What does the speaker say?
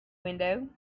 window